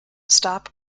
stop